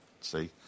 See